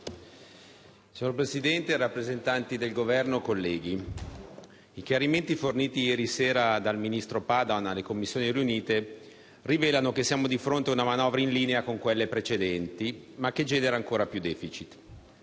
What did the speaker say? Signor Presidente, onorevoli rappresentanti del Governo, colleghi, i chiarimenti forniti ieri sera dal ministro Padoan alle Commissioni riunite, rivelano che siamo di fronte ad una manovra in linea con quelle precedenti, ma che genera ancora più *deficit*.